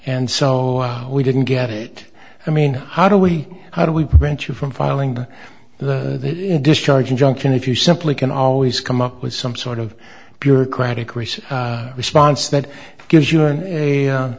and so we didn't get it i mean how do we how do we prevent you from filing the discharge injunction if you simply can always come up with some sort of bureaucratic reset response that gives you a